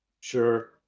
Sure